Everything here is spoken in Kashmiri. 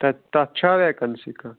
تہٕ تَتھ چھےٚ وٮ۪کَنسی کانٛہہ